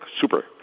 super